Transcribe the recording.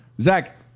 Zach